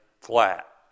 flat